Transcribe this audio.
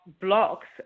blocks